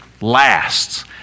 lasts